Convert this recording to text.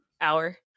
Hour